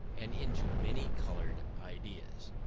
and into many-coloured ideas.